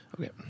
Okay